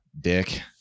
dick